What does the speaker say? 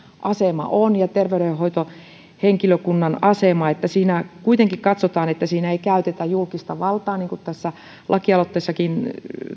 ja terveydenhoitohenkilökunnan asema kuitenkin katsotaan että siinä ei käytetä julkista valtaa niin kuin tässä lakialoitteessakin